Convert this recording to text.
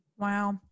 Wow